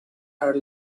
her